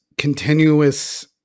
continuous